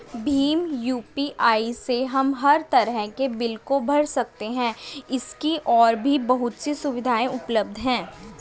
Bhim UPI से हम हर तरह के बिल को भर सकते है, इसकी और भी बहुत सी सुविधाएं उपलब्ध है